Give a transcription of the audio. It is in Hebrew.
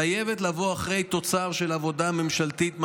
חייבת לבוא אחרי תוצר של עבודה ממשלתית מעמיקה,